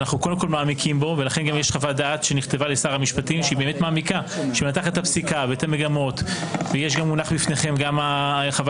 ולאור חוות הדעת המשפטיות של מומחי משפט וגם מהייעוץ